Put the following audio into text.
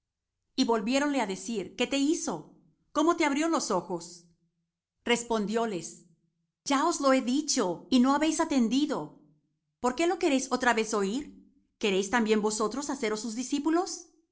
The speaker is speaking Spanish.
y volviéronle á decir qué te hizo cómo te abrió los ojos respondióles ya os lo he dicho y no habéis atendido por qué lo queréis otra vez oir queréis también vosotros haceros sus discípulos